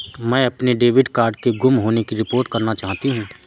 मैं अपने debit card के गुम होने की रिपोर्ट करना चाहती हूँ